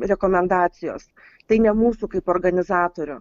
rekomendacijos tai ne mūsų kaip organizatorių